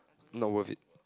not worth it